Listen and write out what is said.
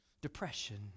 depression